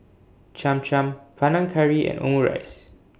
Cham Cham Panang Curry and Omurice